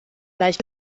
gleich